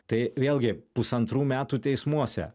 tai vėlgi pusantrų metų teismuose